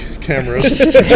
cameras